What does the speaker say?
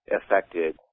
affected